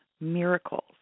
miracles